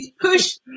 push